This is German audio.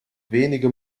wenige